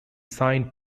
signed